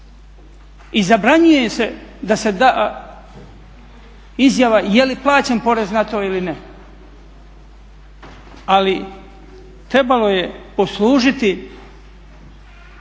I zabranjuje se da se da izjava je li plaćen porez na to ili ne. Ali, trebalo je poslužiti